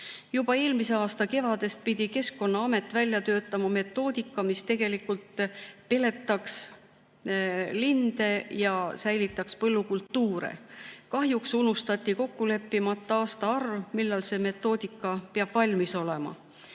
Juba eelmise aasta kevadest on Keskkonnaamet pidanud välja töötama metoodika, mis peletaks linde ja säilitaks põllukultuure. Kahjuks unustati kokku leppimata aastaarv, millal see metoodika peab valmis olema.